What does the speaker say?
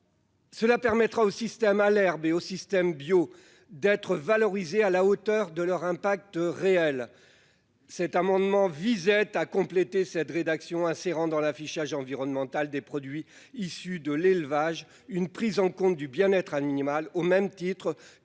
Cela permettra au système à l'herbe et au système bio d'être valorisés à la hauteur de leur impact réel. Cet amendement visait à compléter cette rédaction en insérant, dans l'affichage environnemental des produits issus de l'élevage, la prise en compte du bien-être animal, au même titre que les externalités